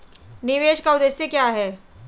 निवेश का उद्देश्य क्या है?